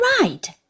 right